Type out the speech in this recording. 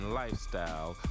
lifestyle